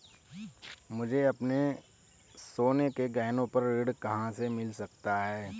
मुझे अपने सोने के गहनों पर ऋण कहाँ से मिल सकता है?